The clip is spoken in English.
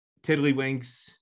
tiddlywinks